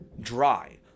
dry